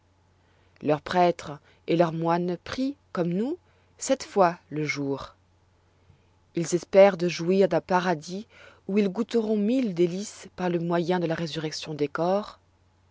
leurs prêtres et leurs moines prient comme nous sept fois le jour ils espèrent de jouir d'un paradis où ils goûteront mille délices par le moyen de la résurrection des corps